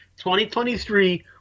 2023